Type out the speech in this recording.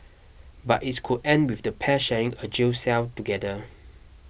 but it's could end with the pair sharing a jail cell together